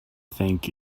thank